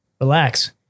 relax